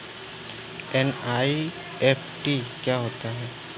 NEFT क्या होता है?